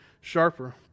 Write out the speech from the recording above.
sharper